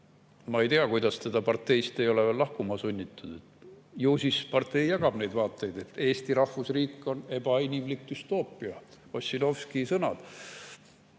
Ma ei tea, kuidas teda parteist ei ole veel lahkuma sunnitud. Ju siis partei jagab neid vaateid, et Eesti rahvusriik on ebainimlik düstoopia – Ossinovski sõnad.